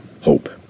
hope